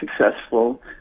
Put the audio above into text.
successful